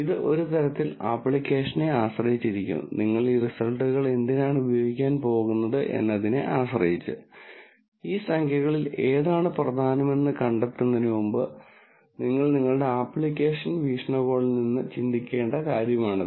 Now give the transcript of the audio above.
ഇത് ഒരു തരത്തിൽ ആപ്ലിക്കേഷനെ ആശ്രയിച്ചിരിക്കുന്നു നിങ്ങൾ ഈ റിസൾട്ടുകൾ എന്തിനാണ് ഉപയോഗിക്കാൻ പോകുന്നത് എന്നതിനെ ആശ്രയിച്ച് ഈ സംഖ്യകളിൽ ഏതാണ് പ്രധാനമെന്ന് കണ്ടെത്തുന്നതിന് മുമ്പ് നിങ്ങൾ നിങ്ങളുടെ ആപ്ലിക്കേഷൻ വീക്ഷണകോണിൽ നിന്ന് ചിന്തിക്കേണ്ട കാര്യമാണിത്